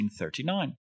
1939